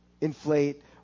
Inflate